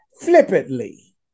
Flippantly